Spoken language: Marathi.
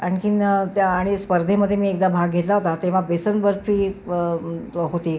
आणखीन त्या आणि स्पर्धेमध्ये मी एकदा भाग घेतला होता तेव्हा बेसन बर्फी होती